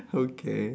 okay